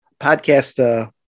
podcast